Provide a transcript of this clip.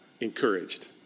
encouraged